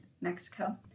Mexico